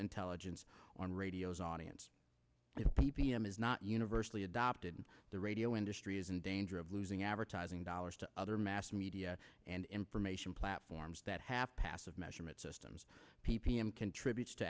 intelligence on radios audience p p m is not universally adopted the radio industry is in danger of losing advertising dollars to other mass media and information platforms that half past of measurement systems p p m contributes to